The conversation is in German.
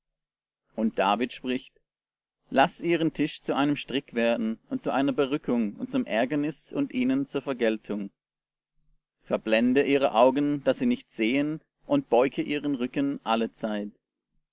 und david spricht laß ihren tisch zu einem strick werden und zu einer berückung und zum ärgernis und ihnen zur vergeltung verblende ihre augen daß sie nicht sehen und beuge ihren rücken allezeit